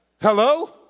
Hello